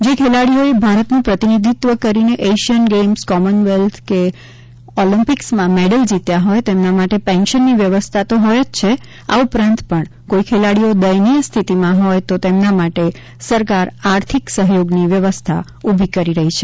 જે ખેલાડીઓએ ભારતનું પ્રતિનિધિત્વ કરીને એશિયન ગેમ્સ કોમવેલ્થ કે ઓલિમ્પિકમાં મેડલ જીત્યા હોય તેમના માટે પેન્શનની વ્યવસ્થા તો હોય જ છે આ ઉપરાંત પણ કોઈ ખેલાડીઓ દયનિય સ્થિતિમાં હોય તો તેમના માટે સરકાર આર્થિક સહયોગની વ્યવસ્થા ઉભી કરી રહી છે